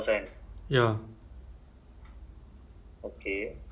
and maybe give them time off ah kan kalau